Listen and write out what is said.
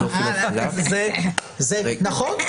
נכון.